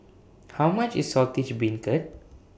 How much IS Saltish Beancurd